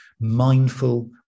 mindful